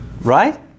right